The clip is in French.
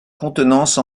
contenance